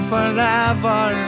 Forever